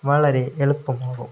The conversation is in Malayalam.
വളരെ എളുപ്പമാകും